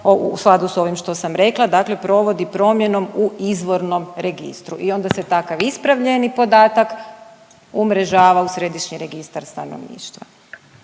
u skladu s ovim što sam rekla, dakle provodi promjenom u izvornom registru i onda se takav ispravljeni podatak umrežava u Središnji registar stanovništva.